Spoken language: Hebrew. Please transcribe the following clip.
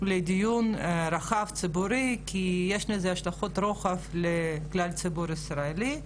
לדיון ציבורי רחב כי יש לזה השלכות רוחב על כלל הציבור הישראלי.